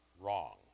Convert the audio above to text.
wrong